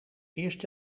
eerst